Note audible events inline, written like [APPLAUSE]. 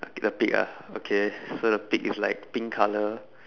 [NOISE] the pig ah okay so the pig is like pink color